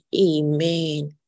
Amen